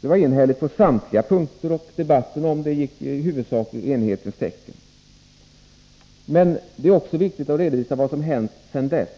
Det var enhälligt på samtliga punkter, och debatten om det gick i huvudsak i enighetens tecken. Men det är också viktigt att redovisa vad som hänt sedan dess.